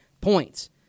points